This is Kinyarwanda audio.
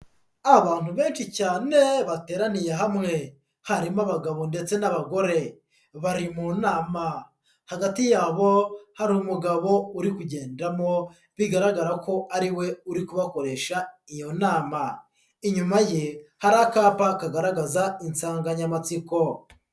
Abantu benshi cyane bateraniye hamwe, harimo abagabo ndetse n'abagore, bari mu nama hagati yabo hari umugabo uri kugendamo, bigaragara ko ari we uri kubakoresha iyo nama, inyuma ye hari akapa kagaragaza insanganyamatsiko.